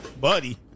Buddy